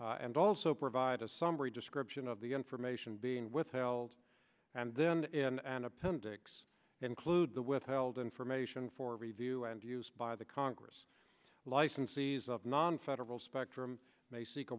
and also provide a summary description of the information being withheld and then in an appendix include the withheld information for review and used by the congress licensees of nonfederal spectrum may seek a